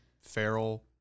feral